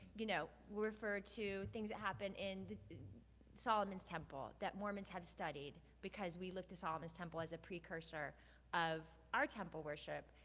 you know, refer to things that happened in solomon's temple, that mormons have studied because we look to solomon's temple as a precursor of our temple worship.